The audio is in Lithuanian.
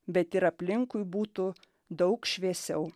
bet ir aplinkui būtų daug šviesiau